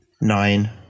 Nine